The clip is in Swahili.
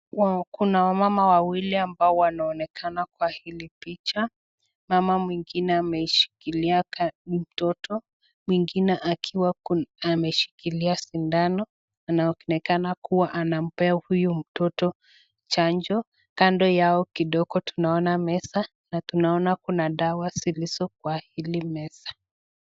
Kuna wamama wawili ambao wanaonekana kwa hili picha. Mama mwingine ameishikilia mtoto mwingine akiwa ameshikilia sindano. Inaonekana kuwa anampea huyu mtoto chanjo kando hao kidogo tunaona meza na tunaona kuna dawa zilizo kwa hili meza.